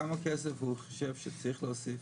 כמה כסף הוא חושב שצריך להוסיף